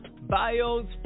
bios